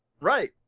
Right